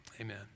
Amen